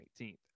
19th